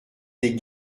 des